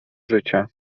życia